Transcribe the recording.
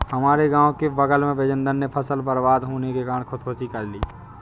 हमारे गांव के बगल में बिजेंदर ने फसल बर्बाद होने के कारण खुदकुशी कर ली